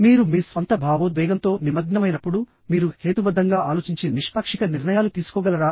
మీరు మీ స్వంత భావోద్వేగంతో నిమగ్నమైనప్పుడు మీరు హేతుబద్ధంగా ఆలోచించి నిష్పాక్షిక నిర్ణయాలు తీసుకోగలరా